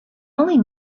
only